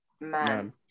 Man